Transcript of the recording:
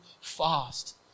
fast